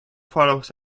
follows